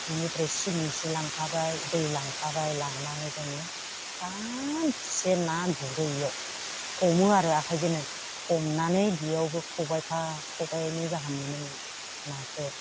बेनिफ्राय सिनि एसे लांफाबाय दै लांफाबाय लांनानै जोङो सानसे ना गुरो बेयाव हमो आरो आखाइजोंनो हमनानै बेयावबो खबाइफा खबाइनै गाहाम मोनोमोन नाखौ